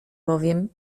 bowiem